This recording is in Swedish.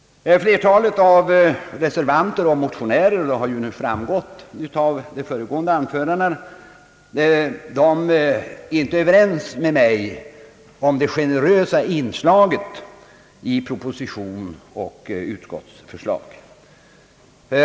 Flertalet reservanter och motionärer är inte överens med mig — det har framgått av de föregående anförandena — om det generösa inslaget i propositionen och utskottsförslaget.